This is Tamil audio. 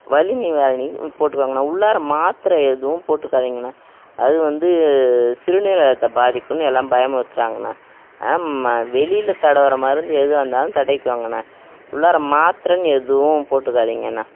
வலி நிவாரணியும் போட்டுக்கோங்கண்ணா உள்ளார மாத்திர எதுவும் போட்டுக்காதிங்கண்ணா அது வந்து சிறுநீரகத்தை பாதிக்கும்ன்னு எல்லாம் பயமுறுத்துறாங்கண்ணா ஆமாம் வெளியில் தடவுகிற மருந்து எதாக இருந்தாலும் தடவிக்கோங்கண்ணா உள்ளார மாத்திரன்னு எதுவும் போட்டுக்காதிங்கண்ணா